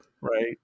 Right